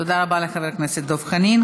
תודה רבה לחבר הכנסת דב חנין.